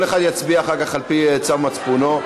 כל אחד יצביע אחר כך על-פי צו מצפונו.